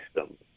system